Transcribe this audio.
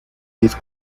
diez